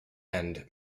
and